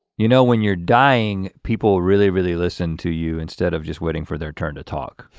you know when you're dying, people really really listen to you, instead of just waiting for their turn to talk.